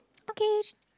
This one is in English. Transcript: okay